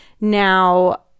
Now